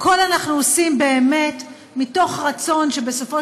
הכול אנחנו עושים באמת מתוך רצון שבסופו